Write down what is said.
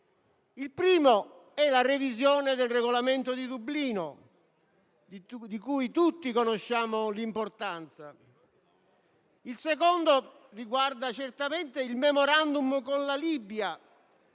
Il primo è la revisione del Regolamento di Dublino, di cui tutti conosciamo l'importanza. Il secondo riguarda certamente il *memorandum* con la Libia,